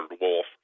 wolf